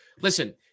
listen